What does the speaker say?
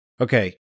Okay